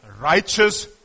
righteous